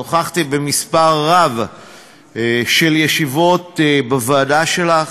נכחתי במספר רב של ישיבות בוועדה שלך,